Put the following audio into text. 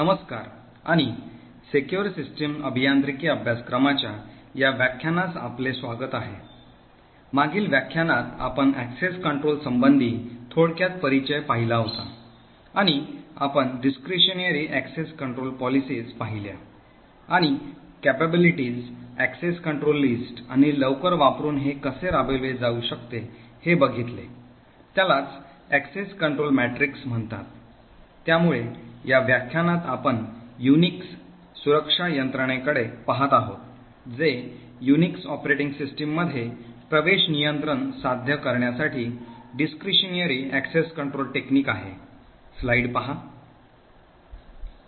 नमस्कार आणि secure system अभियांत्रिकी अभ्यासक्रमाच्या या व्याख्यानास आपले स्वागत आहे मागील व्याख्यानात आपण access control संबंधी थोडक्यात परिचय पहिला होता आणि आपण discretionary access control policies पाहिल्या आणि क्षमता एक्सेस कंट्रोल लिस्ट आणि लवकर वापरुन हे कसे राबविले जाऊ शकते हे बघितले त्यालाच access control matrix म्हणतात त्यामुळे या व्याख्यानात आपण युनिक्स सुरक्षा यंत्रणेकडे पहात आहोत जे युनिक्स ऑपरेटिंग सिस्टममध्ये प्रवेश नियंत्रण साध्य करण्यासाठी discretionary access control technique आहे